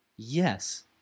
yes